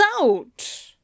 out